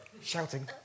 shouting